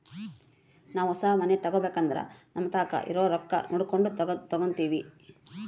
ನಾವು ಹೊಸ ಮನೆ ತಗಬೇಕಂದ್ರ ನಮತಾಕ ಇರೊ ರೊಕ್ಕ ನೋಡಕೊಂಡು ತಗಂತಿವಿ